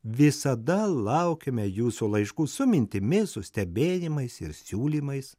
visada laukiame jūsų laiškų su mintimis su stebėjimais ir siūlymais